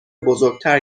بزرگتر